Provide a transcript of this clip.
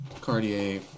Cartier